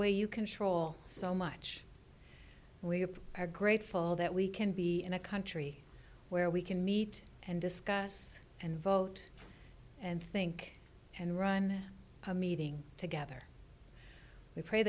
way you control so much we are grateful that we can be in a country where we can meet and discuss and vote and think and run a meeting together we pray